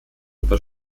über